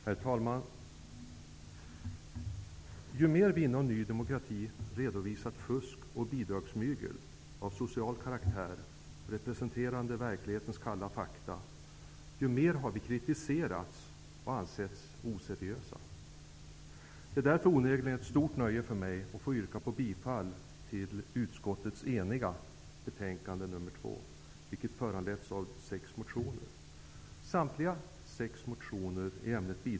Herr talman! Ju mer vi inom Ny demokrati har redovisat fusk och bidragsmygel av social karaktär representerande verklighetens kalla fakta, desto mer har vi kritiserats och ansetts oseriösa. Därför är det onekligen ett stort nöje för mig att få yrka bifall till utskottets enhälliga hemställan i betänkande SfU2, vilket föranletts av sex motioner.